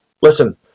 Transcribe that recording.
listen